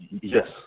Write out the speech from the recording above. Yes